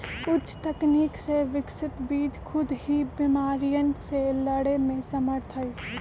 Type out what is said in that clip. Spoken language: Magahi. उच्च तकनीक से विकसित बीज खुद ही बिमारियन से लड़े में समर्थ हई